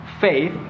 faith